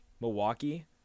Milwaukee